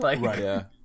Right